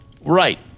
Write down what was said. Right